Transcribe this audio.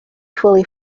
fully